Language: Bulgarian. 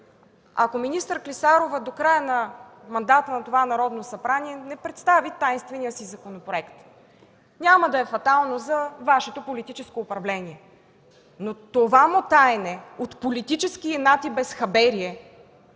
ако министър Клисарова до края на мандата на това Народно събрание не представи тайнствения си законопроект. Няма да е фатално за Вашето политическо управление, но това мотаене от политически инат и безхаберие